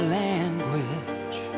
language